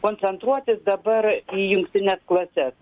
koncentruotis dabar į jungtines klases